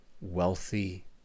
wealthy